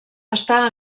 està